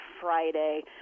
Friday